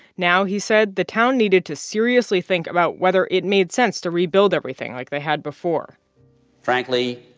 now, he said, the town needed to seriously think about whether it made sense to rebuild everything like they had before frankly,